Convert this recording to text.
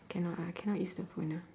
cannot ah cannot use the phone ah